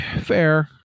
Fair